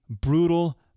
brutal